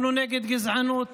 אנחנו נגד גזענות